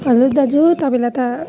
hello दाजु तपाईँलाई त